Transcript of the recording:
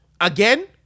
Again